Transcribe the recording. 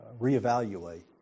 reevaluate